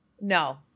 no